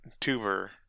tuber